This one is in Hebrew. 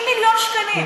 האחרונה 90 מיליון שקלים,